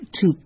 two